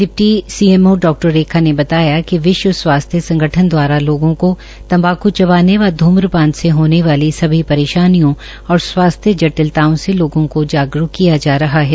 deputy CMO डा रेखा ने बताया कि विश्व स्वास्थ्य संगठन दवारा लोगों को तंबाक् चबाने व ध्रमपान से होने वाली सभी परेशानियों और स्वास्थ्य जटिलताओं से लोगों को जागरूक किया जा रहा है